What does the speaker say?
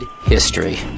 history